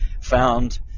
found